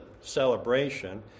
celebration